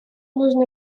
нужно